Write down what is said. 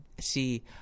See